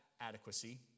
adequacy